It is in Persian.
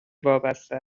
وابسته